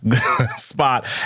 spot